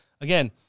Again